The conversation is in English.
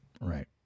Right